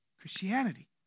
Christianity